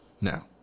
Now